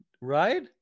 Right